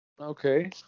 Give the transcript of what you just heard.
Okay